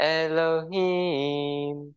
elohim